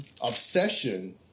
obsession